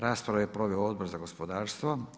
Raspravu je proveo Odbor za gospodarstvo.